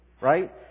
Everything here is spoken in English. right